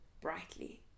brightly